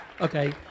Okay